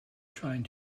trying